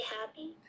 happy